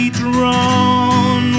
drawn